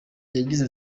yagize